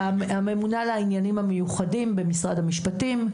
הממונה על העניינים המיוחדים במשרד המשפטים,